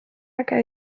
äge